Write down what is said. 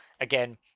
again